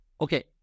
okay